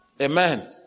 Amen